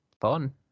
fun